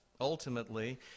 Ultimately